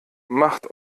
macht